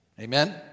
Amen